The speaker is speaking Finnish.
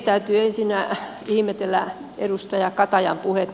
täytyy ensinnä ihmetellä edustaja katajan puhetta